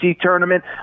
tournament